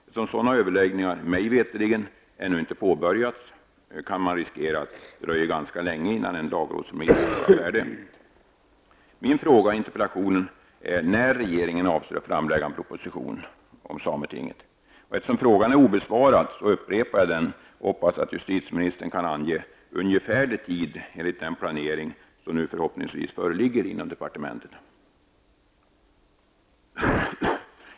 Eftersom sådana överläggningar mig veterligen ännu inte har påbörjats är risken att det dröjer ganska länge innan en lagrådsremiss är färdig. Min fråga i interpellationen är när regeringen avser att framlägga en proposition om inrättande av ett sameting. Eftersom frågan är obesvarad upprepar jag den och hoppas att justitieministern kan ange en ungefärlig tid enligt den planering som nu förhoppningsvis föreligger inom departementet.